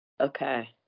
Okay